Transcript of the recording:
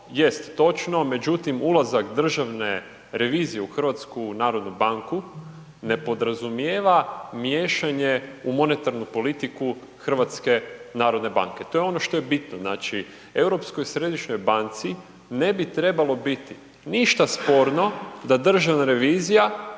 to jest točno, međutim ulazak Državne revizije u Hrvatsku narodnu banku ne podrazumijeva miješanje u monetarnu politiku Hrvatske narodne banke. To je ono što je bitno, znači Europskoj središnjoj banci ne bi trebalo biti ništa sporno da Državna revizija